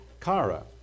kara